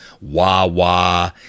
wah-wah